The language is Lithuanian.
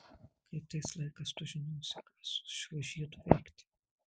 kai ateis laikas tu žinosi ką su šiuo žiedu veikti